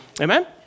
Amen